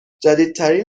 جدیدترین